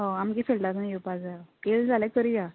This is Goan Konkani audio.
आमगे सायडल्यानू येवपा जायो येल जाल्यार करया